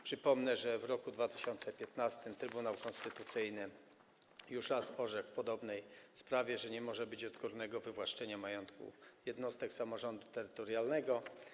Przypomnę, że w roku 2015 Trybunał Konstytucyjny już raz orzekł w podobnej sprawie, że nie może być odgórnego wywłaszczenia majątku jednostek samorządu terytorialnego.